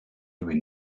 when